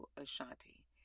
Ashanti